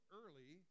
early